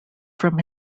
from